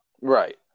Right